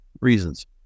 reasons